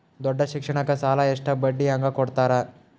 ದೊಡ್ಡ ಶಿಕ್ಷಣಕ್ಕ ಸಾಲ ಎಷ್ಟ ಬಡ್ಡಿ ಹಂಗ ಕೊಡ್ತಾರ?